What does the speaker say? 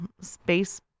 space